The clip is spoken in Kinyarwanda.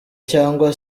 cyangwa